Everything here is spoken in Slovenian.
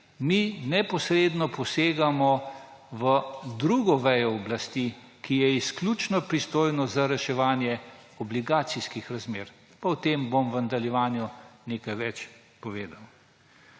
mi neposredno posegamo v drugo vejo oblasti, ki je izključno pristojna za reševanje obligacijskih razmer. Pa o tem bom v nadaljevanju nekaj več povedal.